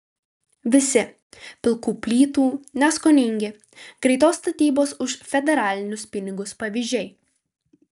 visi pilkų plytų neskoningi greitos statybos už federalinius pinigus pavyzdžiai